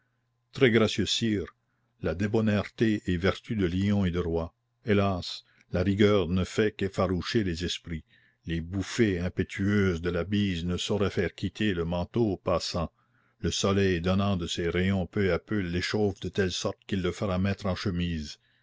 très gracieux sire la débonnaireté est vertu de lion et de roi hélas la rigueur ne fait qu'effaroucher les esprits les bouffées impétueuses de la bise ne sauraient faire quitter le manteau au passant le soleil donnant de ses rayons peu à peu l'échauffe de telle sorte qu'il le fera mettre en chemise